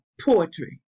poetry